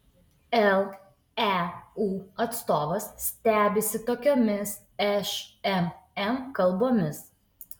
leu atstovas stebisi tokiomis šmm kalbomis